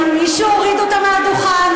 האם מישהו הוריד אותה מהדוכן?